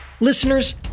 Listeners